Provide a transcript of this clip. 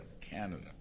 Canada